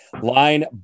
Line